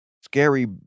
scary